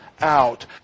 out